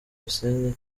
hussein